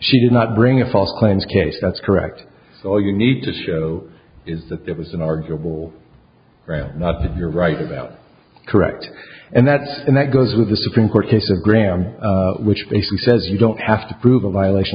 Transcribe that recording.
did not bring a false claims case that's correct all you need to show is that there was an arguable not that you're right about correct and that's and that goes with the supreme court case a gram which basically says you don't have to prove a violation